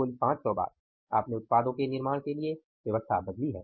कुल 500 बार आपने उत्पादों के निर्माण के लिए व्यवस्था बदला है